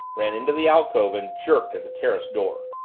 ran into the alcove and jerked at the terrace door.